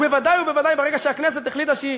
בוודאי ובוודאי ברגע שהכנסת החליטה שהיא